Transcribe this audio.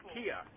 Kia